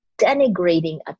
denigrating